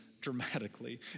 dramatically